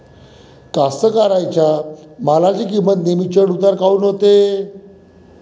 कास्तकाराइच्या मालाची किंमत नेहमी चढ उतार काऊन होते?